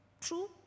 True